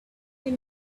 they